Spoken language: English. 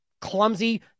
clumsy